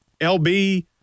LB